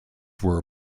were